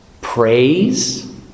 praise